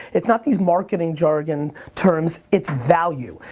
it's not these marketing jargon terms, it's value.